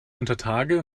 untertage